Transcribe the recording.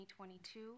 2022